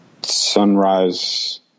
Sunrise